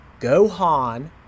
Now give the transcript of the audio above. Gohan